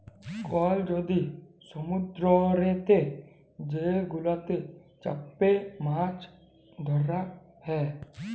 call লদি সমুদ্দুরেতে যে গুলাতে চ্যাপে মাছ ধ্যরা হ্যয়